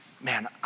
Man